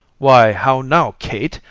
why, how now, kate!